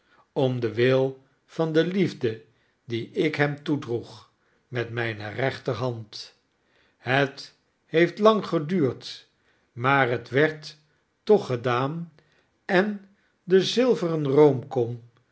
om den wil van de liefde die ik hem toedroeg met mijne rechterhand het heeft lang geduurd maar liet werd toch gedaan en de zilveren roomkom